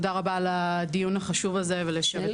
תודה רבה על הדיון החשוב הזה וליושבת-ראש.